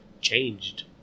changed